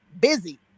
busy